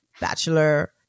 bachelor